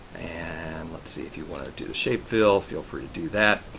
and let's see. if you want to do the shape fill, feel free to do that.